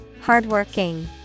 Hardworking